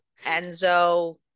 enzo